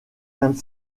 vingt